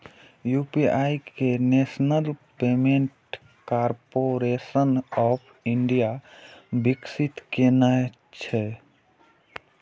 UPI कें national payments corporation of India विकसित केने छै